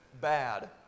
bad